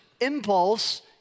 impulse